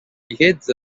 heads